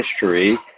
history